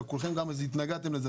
אבל כולכם אז התנגדתם לזה.